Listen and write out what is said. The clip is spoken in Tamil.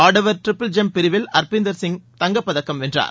ஆடவர் டிரிபிள் ஜம்ப் பிரிவில் அர்பிந்தர் சிங் தங்கப்பதக்கம் வென்றார்